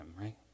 right